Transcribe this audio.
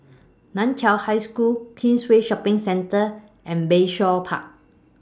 NAN Chiau High School Queensway Shopping Centre and Bayshore Park